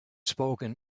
spoken